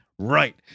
Right